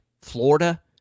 Florida